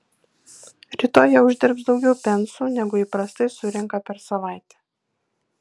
rytoj jie uždirbs daugiau pensų negu įprastai surenka per savaitę